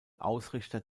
ausrichter